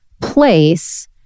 place